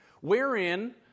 wherein